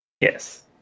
Yes